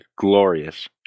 glorious